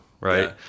right